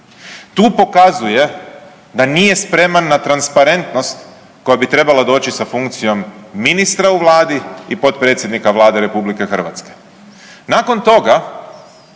Tu pokazuje da nije spreman na transparentnost koja bi trebala doći sa funkcijom ministra u vladi i potpredsjednika Vlade RH. Nakon toga